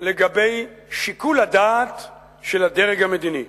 לגבי שיקול הדעת של הדרג המדיני.